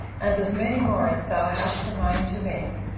and as many more as thou hast a mind to make,